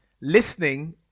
listening